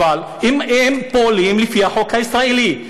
הן פועלות לפי החוק הישראלי,